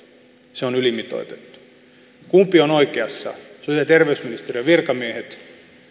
se on ylimitoitettu kuka on oikeassa sosiaali ja terveysministeriön virkamiehet